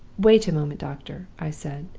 wait a moment, doctor i said.